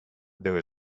there